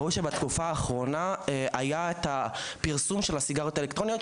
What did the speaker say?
יודעים שהיה לאחרונה את הפרסום של הסיגריות האלקטרוניות,